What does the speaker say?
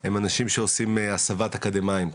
הם אנשים שעושים הסבת אקדמאים,